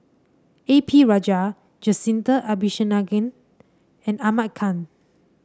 A P Rajah Jacintha Abisheganaden and Ahmad Khan